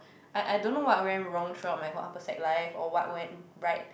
I I don't know what went wrong throughout my whole upper sec life or what went right